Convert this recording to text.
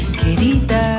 querida